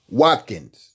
watkins